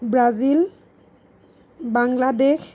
Brazil Bangladesh